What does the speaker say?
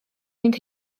mynd